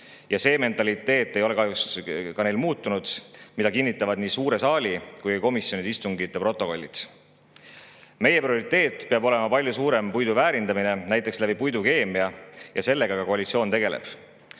See mentaliteet ei ole neil kahjuks muutunud, seda kinnitavad nii suure saali kui ka komisjonide istungite protokollid. Meie prioriteet peab olema palju suurem puidu väärindamine, näiteks puidukeemia abil, ja sellega koalitsioon ka tegeleb.